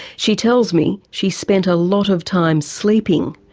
she tells me she spent a lot of time sleeping.